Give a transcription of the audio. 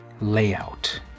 layout